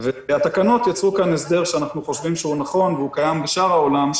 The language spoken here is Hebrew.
התקנות יצרו כאן הסדר שאנחנו חושבים שהוא נכון והוא קיים בשאר העולם,